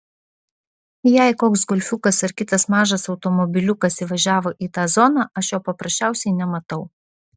jei koks golfiukas ar kitas mažas automobiliukas įvažiavo į tą zoną aš jo paprasčiausiai nematau